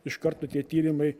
iš karto tie tyrimai